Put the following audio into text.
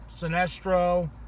Sinestro